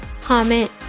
comment